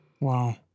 Wow